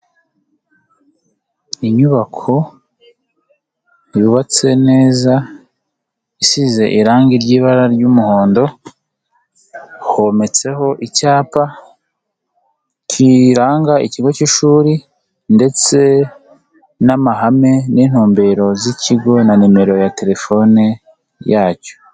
Inyubako yubatse neza, isize irangi ry'ibara ry'umuhondo, hometseho icyapa kiranga ikigo k'ishuri ndetse n'amahame n'inintumbero z'ikigo na nimero ya telefone yacyo.